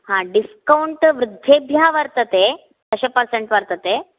हा डिस्कौन्ट् वृद्धेभ्यः वर्तते दश पर्सेन्ट् वर्तते